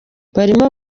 barimo